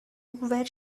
where